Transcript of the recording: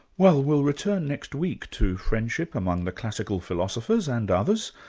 well we'll return next week to friendship among the classical philosophers and others.